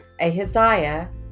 Ahaziah